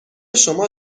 شما